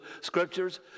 scriptures